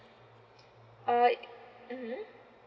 uh mmhmm